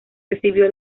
recibió